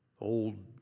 old